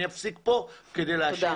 מיקי,